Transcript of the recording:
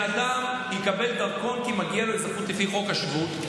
אדם יקבל דרכון כי מגיעה לו אזרחות לפי חוק השבות.